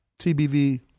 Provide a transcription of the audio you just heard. TBV